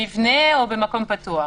במבנה או במקום פתוח?